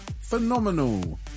Phenomenal